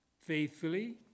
faithfully